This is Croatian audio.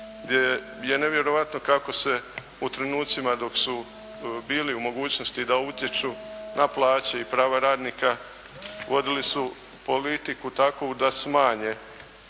gdje je nevjerojatno kako se u trenucima dok su bili u mogućnosti da utječu na plaće i prava radnika, vodili su politiku takvu da smanje